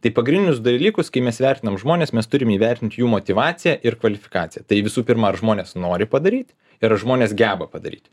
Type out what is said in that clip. tai pagrindinius dalykus kai mes vertinam žmones mes turim įvertinti jų motyvaciją ir kvalifikaciją tai visų pirma ar žmonės nori padaryt ir ar žmonės geba padaryt